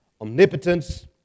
omnipotence